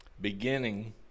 beginning